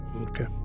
Okay